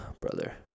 brother